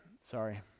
Sorry